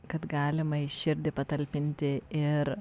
kad galima į širdį patalpinti ir